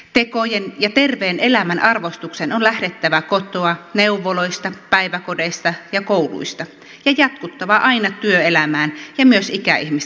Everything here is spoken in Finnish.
tekojen ja terveen elämän arvostuksen on lähdettävä kotoa neuvoloista päiväkodeista ja kouluista ja jatkuttava aina työelämään ja myös ikäihmisten toimintaan